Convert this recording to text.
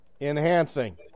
Enhancing